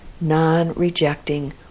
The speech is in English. non-rejecting